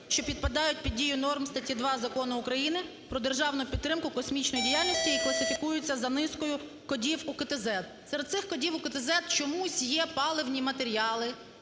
що підпадають під дію норм статті 2 Закону України "Про державну підтримку космічної діяльності" і класифікується за низкою кодів УКТЗЕД. Серед цих кодів УКТЗЕД чомусь є паливні матеріали,